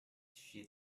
she